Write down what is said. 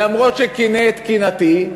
למרות שקינא את קנאתי,